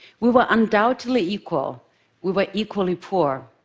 we were undoubtedly equal we were equally poor.